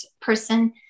person